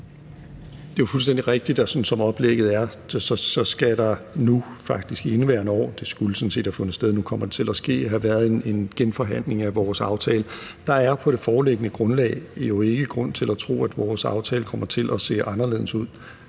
Det er jo fuldstændig rigtigt, at sådan som oplægget er, skal der nu faktisk i indeværende år – det skulle sådan set have fundet sted, men nu kommer det til at ske – have været en genforhandling af vores aftale. Der er på det foreliggende grundlag jo ikke grund til at tro, at vores aftale kommer til at se anderledes ud.